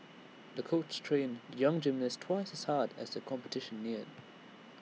the coach trained young gymnast twice as hard as the competition neared